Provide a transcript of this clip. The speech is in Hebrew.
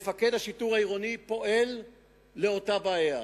ומפקד השיטור העירוני פועל באותה בעיה.